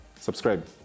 subscribe